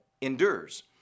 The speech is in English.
endures